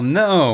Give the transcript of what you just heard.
no